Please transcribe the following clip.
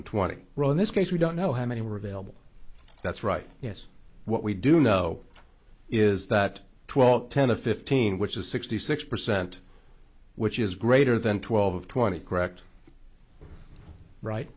and twenty row in this case we don't know how many were available that's right yes what we do know is that twelve ten to fifteen which is sixty six percent which is greater than twelve twenty correct right